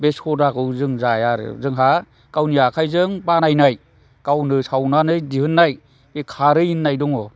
बे सदाखौ जों जाया आरो जोंहा गावनि आखाइजों बानायनाय गावनो सावनानै दिहुननाय बे खारै होननाय दङ